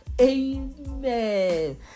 Amen